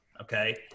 okay